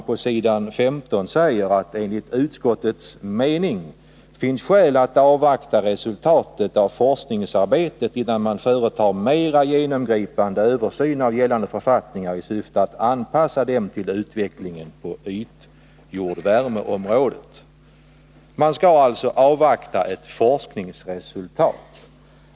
På s. 15 säger man: ”Enligt utskottets mening finns skäl att avvakta resultatet av forskningsarbetet innan man företar en mera genomgripande översyn av gällande författningar i syfte att anpassa dem till utvecklingen på jordvärmeområdet.” Man skall alltså avvakta ett forskningsresultat.